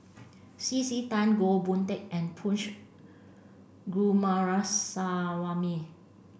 C C Tan Goh Boon Teck and Punch Goomaraswamy